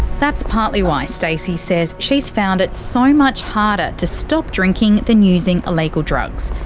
that's partly why stacey says she's found it so much harder to stop drinking than using illegal drugs.